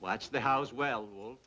watch the house well